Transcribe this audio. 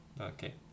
Okay